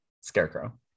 scarecrow